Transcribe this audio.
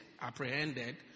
apprehended